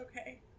Okay